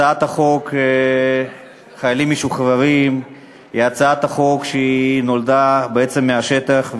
הצעת חוק חיילים משוחררים היא הצעת חוק שנולדה מהשטח.